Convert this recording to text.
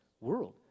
world